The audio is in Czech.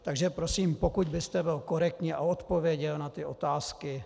Takže prosím, pokud byste byl korektní a odpověděl na ty otázky.